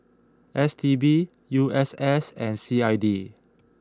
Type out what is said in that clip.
S T B U S S and C I D